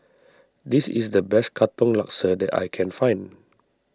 this is the best Katong Laksa that I can find